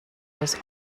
was